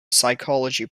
psychology